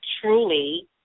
truly